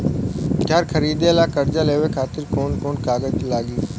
घर खरीदे ला कर्जा लेवे खातिर कौन कौन कागज लागी?